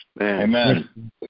Amen